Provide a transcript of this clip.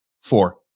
four